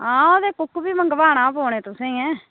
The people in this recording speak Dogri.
आं ओह् फोटो बी मंगवाने गै पौने तुसें गै